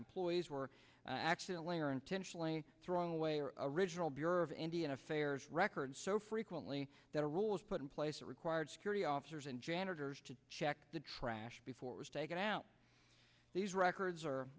employees were actually or intentionally throng away or original bureau of indian affairs records so frequently that a rule was put in place that required security officers and janitors to check the trash before it was taken out these records are